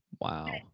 wow